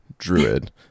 Druid